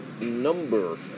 number